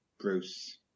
Bruce